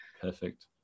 Perfect